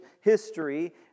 history